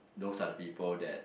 those are the people that